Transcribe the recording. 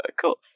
cool